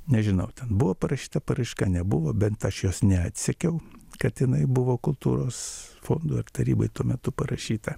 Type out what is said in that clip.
nežinau ten buvo parašyta paraiška nebuvo bent aš jos neatsekiau kad inai buvo kultūros fondui ar tarybai tuo metu parašyta